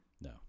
No